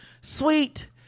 sweet